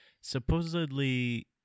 supposedly